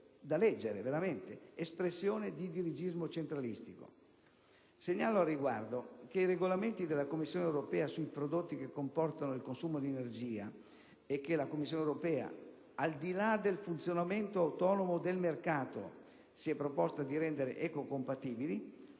una incredibile espressione di dirigismo centralistico. Da leggere! Segnalo al riguardo che i regolamenti della Commissione europea sui prodotti che comportano il consumo di energia e che la Commissione europea, al di là del funzionamento autonomo del mercato, si è proposta di rendere ecocompatibili